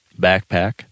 backpack